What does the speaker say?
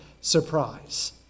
surprise